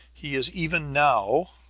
he is even now